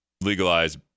legalize